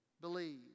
believe